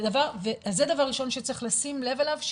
זה דבר ראשון שצריך לשים לב אליו,